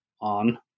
on